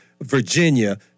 Virginia